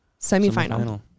Semifinal